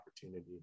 opportunity